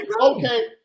okay